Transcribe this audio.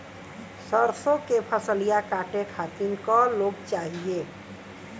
सरसो के फसलिया कांटे खातिन क लोग चाहिए?